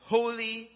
Holy